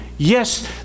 Yes